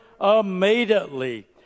immediately